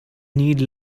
need